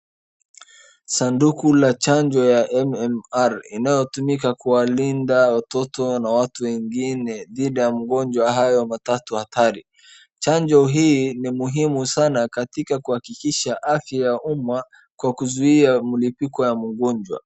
Sanduku la chanjo ya MMR inayotumika kuwalinda watoto na watu wengine dhidi ya magonjwa hayo matatu hatari, chanjo hii ni muhimu sana katika kuhakikisha haki ya umma kwa kuzuia mlipuko ya mgonjwa.